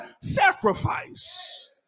sacrifice